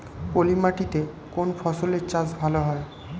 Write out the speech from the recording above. পলি মাটিতে কোন ফসলের চাষ ভালো হয়?